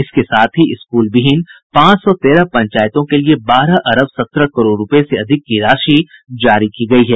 इसके साथ ही स्कूलविहीन पांच सौ तेरह पंचायतों के लिए बारह अरब सत्रह करोड़ रूपये से अधिक की राशि जारी की गयी है